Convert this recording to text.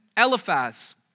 Eliphaz